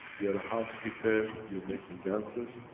you're a housekeeper, you're making ganses,